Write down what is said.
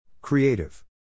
Creative